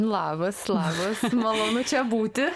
labas labas malonu čia būti